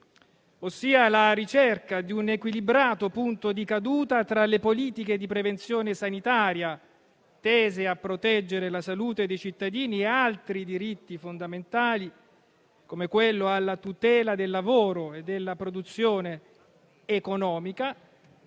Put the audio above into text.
ossia la ricerca di un equilibrato punto di caduta tra le politiche di prevenzione sanitaria, tese a proteggere la salute dei cittadini, e altri diritti fondamentali, come quello alla tutela del lavoro e della produzione economica,